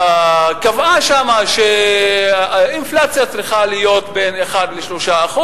שקבעה שם שהאינפלציה צריכה להיות בין 1% ל-3%,